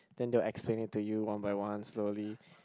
then they'll explain it to you one by one slowly